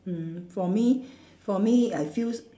mm for me for me I feels